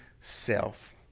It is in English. self